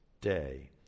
Day